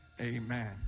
Amen